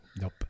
nope